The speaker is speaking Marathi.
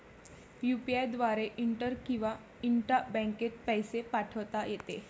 यु.पी.आय द्वारे इंटर किंवा इंट्रा बँकेत पैसे पाठवता येते